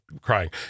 crying